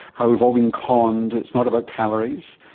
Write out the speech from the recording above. how we've all been conned, it's not about calories,